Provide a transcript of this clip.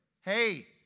Hey